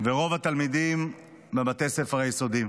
ורוב התלמידים, בתי הספר היסודיים.